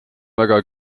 väga